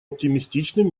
оптимистичным